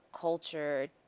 culture